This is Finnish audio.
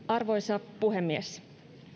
arvoisa puhemies